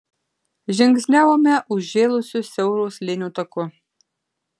žingsniavome užžėlusiu siauro slėnio taku